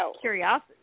curiosity